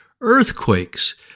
earthquakes